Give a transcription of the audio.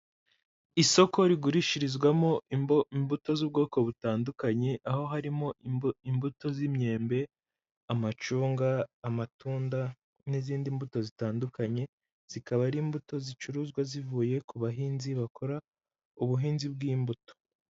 Isoko rigurishirizwamo imbuto z'ubwoko butandukanye aho harimo imbuto z'imyembe, amacunga, amatunda n'izindi mbuto zitandukanye, zikaba ari imbuto zicuruzwa zivuye ku bahinzi bakora ubuhinzi bw'imbuto.